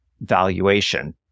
valuation